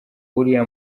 uriya